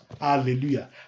Hallelujah